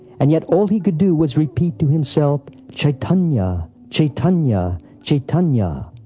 and yet all he could do was repeat to himself, chaitanya! chaitanya! chaitanya!